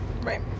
right